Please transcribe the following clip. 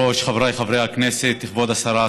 רכב מנועי (מרכיב העמסה בתעריף הביטוח),